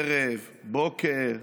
ערב, בוקר,